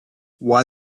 why